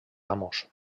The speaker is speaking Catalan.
amos